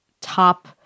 top